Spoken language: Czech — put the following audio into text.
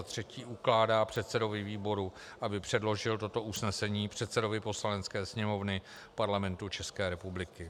3. ukládá předsedovi výboru, aby předložil toto usnesení předsedovi Poslanecké sněmovny Parlamentu České republiky.